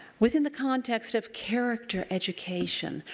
within the context of character education.